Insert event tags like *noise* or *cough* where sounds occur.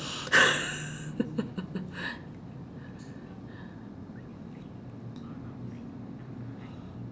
*laughs*